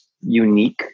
unique